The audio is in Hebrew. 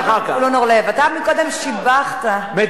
חבר הכנסת זבולון אורלב, אתה קודם שיבחת, עוזר לך.